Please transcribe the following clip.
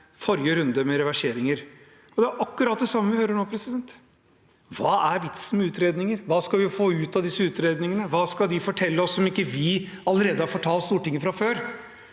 forrige runde med reverseringer. Det er akkurat det samme vi hører nå. Hva er vitsen med utredninger? Hva skal vi få ut av disse utredningene? Hva skal de fortelle oss som vi ikke allerede har fortalt Stortinget?